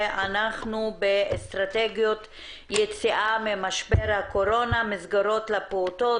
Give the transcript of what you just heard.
ואנחנו באסטרטגיית יציאה ממשבר הקורונה מסגרות לפעוטות,